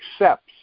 accepts